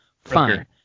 Fine